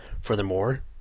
Furthermore